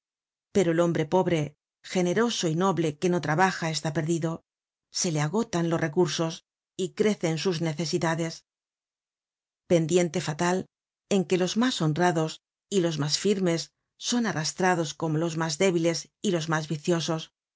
pero el hombre pobre generoso y noble que no trabaja está perdido se le agotan los recursos y crecen sus necesidades pendiente fatal en que los mas honrados y los mas firmes son arrasirados como los mas débiles y los mas viciosos